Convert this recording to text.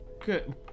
good